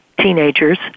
teenagers